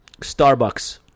Starbucks